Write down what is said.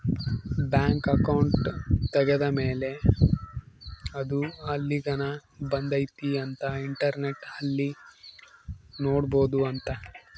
bank account ತೆಗೆದ್ದ ಮೇಲೆ ಅದು ಎಲ್ಲಿಗನ ಬಂದೈತಿ ಅಂತ ಇಂಟರ್ನೆಟ್ ಅಲ್ಲಿ ನೋಡ್ಬೊದು ಅಂತ